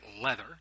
leather